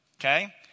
Okay